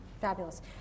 Fabulous